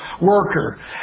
worker